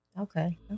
okay